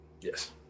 Yes